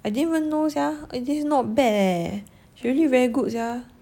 I didn't even know sia and this not bad eh she actually very good sia